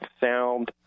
sound